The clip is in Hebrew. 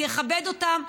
אני אכבד אותם.